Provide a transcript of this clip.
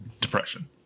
depression